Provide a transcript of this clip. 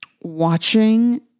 watching